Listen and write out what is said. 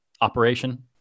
operation